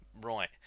right